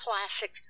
classic